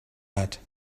hat